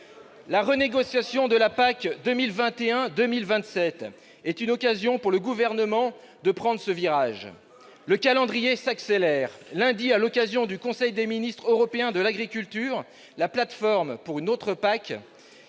La renégociation de la PAC 2021-2027 est une occasion pour le Gouvernement de prendre ce virage. Le calendrier s'accélère. Lundi, à l'occasion du conseil des ministres européens de l'agriculture, la plateforme « Pour une autre PAC